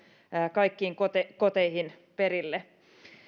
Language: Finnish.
kaikkiin koteihin koteihin perille